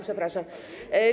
Przepraszam.